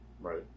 right